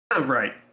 Right